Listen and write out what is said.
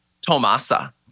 Tomasa